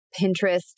Pinterest